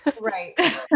Right